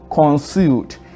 concealed